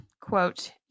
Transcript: quote